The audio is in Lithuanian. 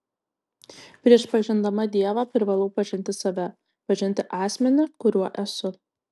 prieš pažindama dievą privalau pažinti save pažinti asmenį kuriuo esu